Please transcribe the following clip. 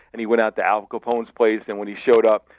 and he went out to al capone's place, and when he showed up,